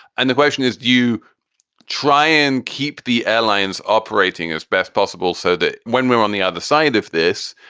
and the question is, do you try and keep the airlines operating as best possible so that when we're on the other side of this,